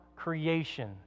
creation